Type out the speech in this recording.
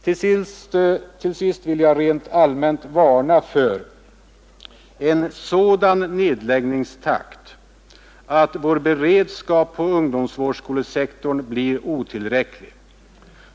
Till sist vill jag rent allmänt varna för en sådan nedläggningstakt att vår beredskap på ungdomsvårdsskolesektorn blir otillräcklig.